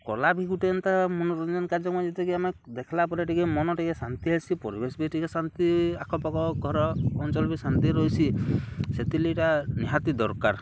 କଲା ବି ଗୁଟେ ଏନ୍ତା ମନୋରଞ୍ଜନ୍ କାର୍ଯ୍ୟକ୍ରମ ଯେନ୍ତାକି ଆମେ ଦେଖ୍ଲା ପରେ ଟିକେ ମନ୍ ଟିକେ ଶାନ୍ତି ଆଏସି ପରିବେଶ୍ ବି ଟିକେ ଶାନ୍ତି ଆଖପାଖ ଘର ଅଞ୍ଚଳ୍ ବି ଶାନ୍ତି ରହେସି ସେଥିର୍ ଲାଗି ଇଟା ନିହାତି ଦର୍କାର୍